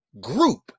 group